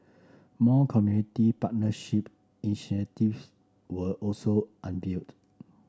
more community partnership initiatives were also unveiled